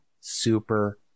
super